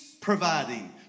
providing